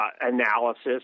Analysis